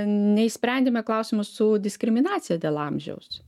neišsprendėme klausimo su diskriminacija dėl amžiaus